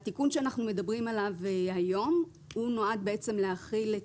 התיקון שאנחנו מדברים עליו היום נועד להחיל את